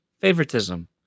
favoritism